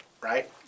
right